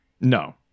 No